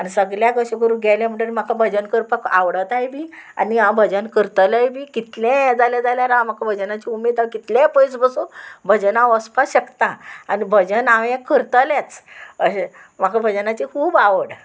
आनी सगल्याक अशें करूं गेलें म्हणटगीर म्हाका भजन करपाक आवडताय बी आनी हांव भजन करतलेय बी कितलें हें जालें जाल्यार हांव म्हाका भजनाची उमेद हांव कितलें पयस बसूं भजन हांव वसपाक शकता आनी भजन हांव हें करतलेंच अशें म्हाका भजनाची खूब आवड